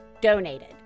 donated